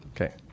okay